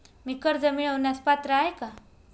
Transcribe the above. मी कर्ज मिळवण्यास पात्र आहे का?